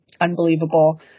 unbelievable